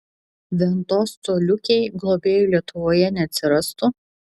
ventos coliukei globėjų lietuvoje neatsirastų